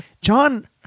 John